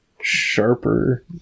sharper